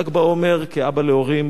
כאבא להורים,